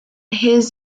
his